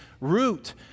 root